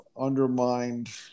undermined